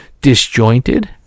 disjointed